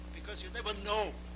because you never know.